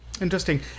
Interesting